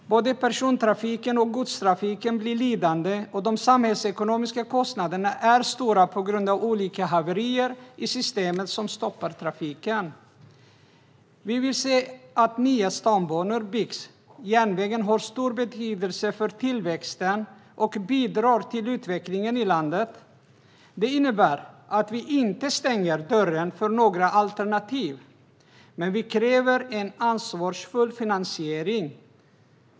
Både persontrafiken och godstrafiken blir lidande, och de samhällsekonomiska kostnaderna är stora på grund av olika haverier i systemet som stoppar trafiken. Vi vill se att nya stambanor byggs. Järnvägen har stor betydelse för tillväxten och bidrar till utvecklingen i landet. Det innebär att vi inte stänger dörren för några alternativ, men vi kräver en ansvarsfull finansiering.